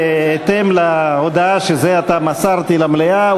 בהתאם להודעה שזה עתה מסרתי למליאה,